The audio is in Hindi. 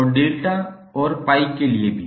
और डेल्टा और पाई के लिए भी